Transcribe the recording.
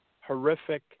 horrific